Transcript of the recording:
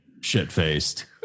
shit-faced